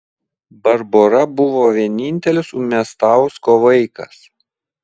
barbora buvo vienintelis umiastausko vaikas